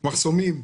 מחסומים.